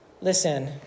Listen